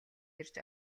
ирж